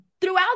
throughout